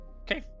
Okay